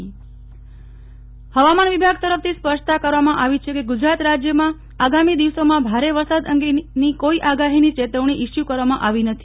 નેહલ ઠક્કર હવામાન હેવામાન વિભાગ તરફથી સ્પષ્ટતા કરવા માં આવી છે કે ગુજરાત માં આગામી દિવસો માં ભારે વરસાદ અંગે ની કોઈ આગાહી ની ચેતવણી ઇસ્યુ કરવામાં આવી નથી